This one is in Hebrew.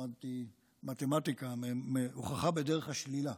למדתי מתמטיקה, הוכחה בדרך השלילה.